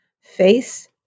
Face